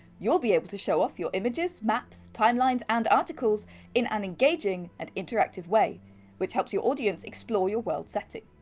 you'll be able to show off your images, maps, timelines and articles in an engaging and interactive way which helps your audience explore your world setting.